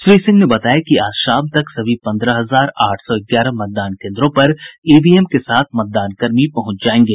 श्री सिंह ने बताया कि आज शाम तक सभी पंद्रह हजार आठ सौ ग्यारह मतदान केंद्रों पर ईवीएम के साथ मतदानकर्मी पहुंच जायेंगे